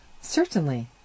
Certainly